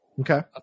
Okay